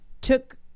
took